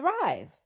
thrive